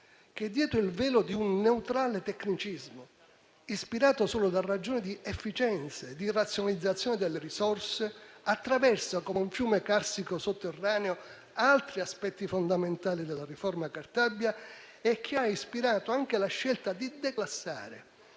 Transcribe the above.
che, dietro il velo di un neutrale tecnicismo, ispirato solo da ragioni di efficienza e di razionalizzazione delle risorse, attraversa, come un fiume carsico sotterraneo, altri aspetti fondamentali della riforma Cartabia, che ha ispirato anche la scelta di declassare